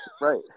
Right